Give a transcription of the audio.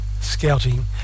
scouting